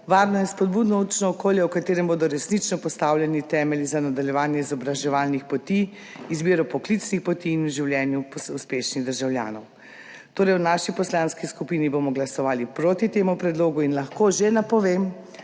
varno in spodbudno učno okolje, v katerem bodo resnično postavljeni temelji za nadaljevanje izobraževalnih poti, izbiro poklicnih poti v življenju uspešnih državljanov. Torej, v naši poslanski skupini bomo glasovali proti temu predlogu in lahko že napovem,